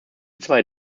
zwei